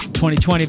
2020